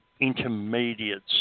intermediate